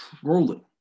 trolling